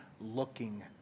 looking